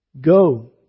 go